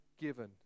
given